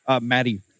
Maddie